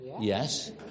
Yes